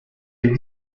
est